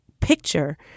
picture